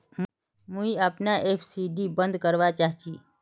मुई अपना एफ.डी बंद करवा चहची